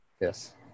Yes